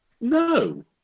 No